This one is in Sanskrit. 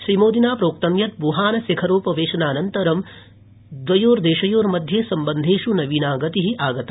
श्रीमोदिना प्रोक्तम् यत् वुहान शिखर उपवेशनान्तरं द्वयोदेशयोर्मध्ये संबन्धेष् नवीना गति आगता